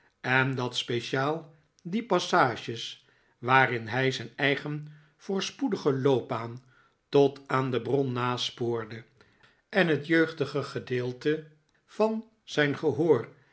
en dat speciaal die passages waarin hij zijn eigen voorspoedige loopbaan tot aan de bron naspoorde en het jeugdige gedeelte van zijn gehoor